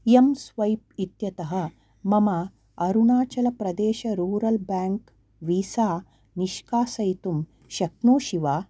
M swipe इत्यतः मम Arunachal Pradesh rural bank visa निष्कासयितुं शक्नोषि वा